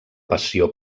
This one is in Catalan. passió